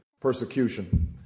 persecution